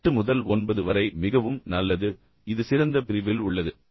எட்டு முதல் ஒன்பது வரை மிகவும் நல்லது இது சிறந்த பிரிவில் உள்ளது